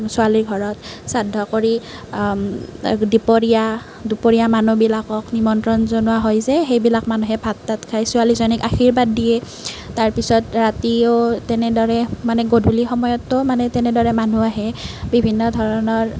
ছোৱালী ঘৰত শ্ৰাদ্ধ কৰি দুপৰীয়া দুপৰীয়া মানুহবিলাকক নিমন্ত্ৰণ জনোৱা হয় যে সেইবিলাক মানুহে ভাত তাত খাই ছোৱালীজনীক আৰ্শীবাদ দিয়ে তাৰ পিছত ৰাতিও তেনেদৰে মানে গধূলি সময়তো মানে তেনেদৰে মানুহ আহে বিভিন্ন ধৰণৰ